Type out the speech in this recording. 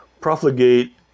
profligate